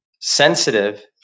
sensitive